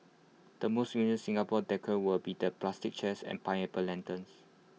the most Singapore decor will be the plastic chairs and pineapple lanterns